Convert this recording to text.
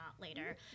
later